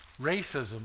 Racism